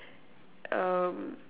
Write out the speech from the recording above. um